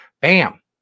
Bam